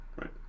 right